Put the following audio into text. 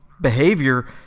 behavior